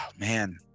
Man